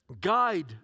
guide